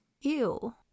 Ew